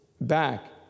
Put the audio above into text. back